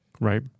Right